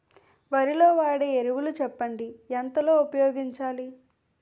వరిలో వాడే ఎరువులు చెప్పండి? ఎంత లో ఉపయోగించాలీ?